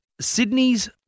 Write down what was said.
Sydney's